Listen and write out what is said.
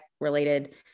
related